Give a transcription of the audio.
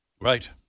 Right